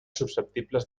susceptibles